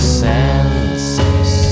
senses